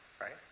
right